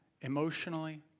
emotionally